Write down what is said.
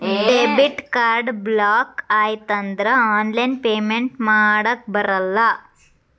debit card block ಆಯ್ತಂದ್ರ online payment ಮಾಡಾಕಬರಲ್ಲ